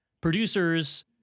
producers